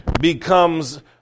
becomes